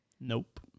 Nope